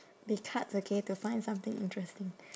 the cards okay to find something interesting